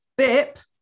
BIP